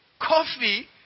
Coffee